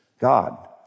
God